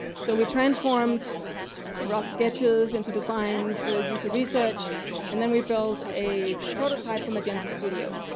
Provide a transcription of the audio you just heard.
so we transformed rough sketches into designs with user research and then we build a prototype for magenta studio.